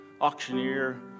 auctioneer